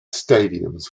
stadiums